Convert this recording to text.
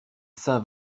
saint